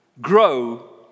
grow